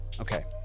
Okay